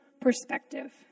perspective